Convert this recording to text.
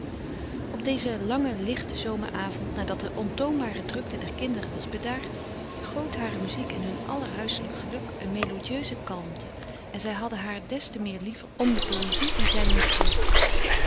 op dezen langen lichten zomeravond nadat de ontoombare drukte der kinderen was bedaard goot hare muziek in hun aller huiselijk geluk een melodieuze kalmte en zij hadden haar des te meer lief om de poëzie die zij hun schonk